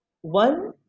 one